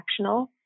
transactional